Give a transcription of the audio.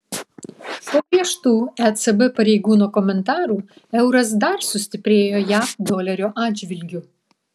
po griežtų ecb pareigūno komentarų euras dar sustiprėjo jav dolerio atžvilgiu